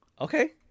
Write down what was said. Okay